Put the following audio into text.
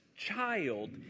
child